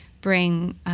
bring